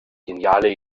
geniale